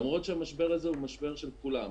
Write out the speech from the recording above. למרות שהמשבר הזה הוא משבר של כולם.